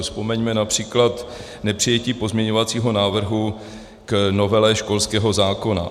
Vzpomeňme například nepřijetí pozměňovacího návrhu k novele školského zákona.